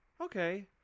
okay